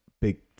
big